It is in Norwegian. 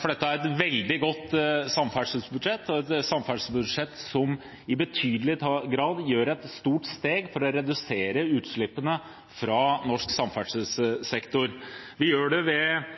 for dette er et veldig godt samferdselsbudsjett og et samferdselsbudsjett som i betydelig grad gjør et stort steg for å redusere utslippene fra norsk samferdselssektor. Dette gjør vi ved